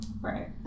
Right